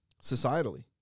societally